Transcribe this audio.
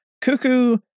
Cuckoo